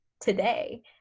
today